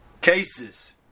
cases